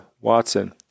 Watson